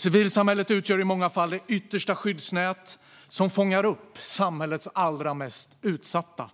Civilsamhället utgör i många fall det yttersta skyddsnät som fångar upp samhällets allra mest utsatta